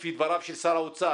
לפי דבריו של שר האוצר?